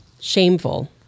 Shameful